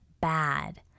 bad